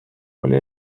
oli